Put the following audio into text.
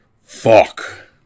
Fuck